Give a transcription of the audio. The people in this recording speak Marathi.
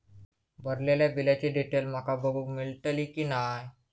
भरलेल्या बिलाची डिटेल माका बघूक मेलटली की नाय?